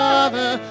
Father